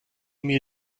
mir